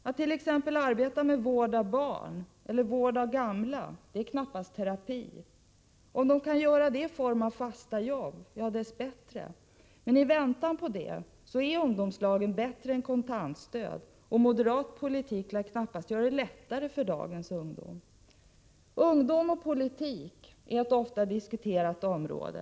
Att t.ex. arbeta med vård av barn eller gamla är knappast terapi. Om ungdomarna kan ge denna vård i form av fasta jobb, är det desto bättre. Men i väntan på det är ungdomslagen bättre än kontantstöd, och moderat politik lär knappast göra det lättare för dagens ungdom. Ungdom och politik är ett ofta diskuterat område.